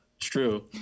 true